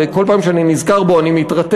וכל פעם שאני נזכר בו אני מתרתח,